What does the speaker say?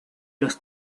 los